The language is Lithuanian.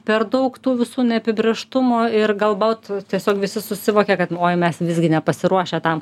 per daug tų visų neapibrėžtumų ir galbot tiesiog visi susivokia kad oi mes visgi nepasiruošę tam